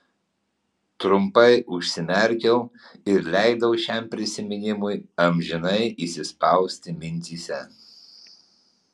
trumpai užsimerkiau ir leidau šiam prisiminimui amžinai įsispausti mintyse